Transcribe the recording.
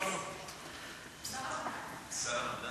3,500. שר המדע.